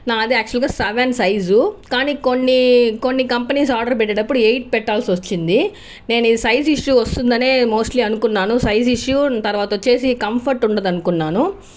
నాది యాక్చువల్గా seven size కానీ కొన్ని కొన్ని కంపెనీస్ ఆర్డర్ పెట్టేటప్పుడు ఎయిట్ పెట్టాల్సి వచ్చింది నేను ఇది సైజు ఇష్యూ వస్తుంది అని మోస్ట్లీ అనుకున్నాను సైజు ఇష్యూ తర్వాత వచ్చి కంఫర్ట్ ఉండదు అనుకున్నాను